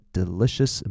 delicious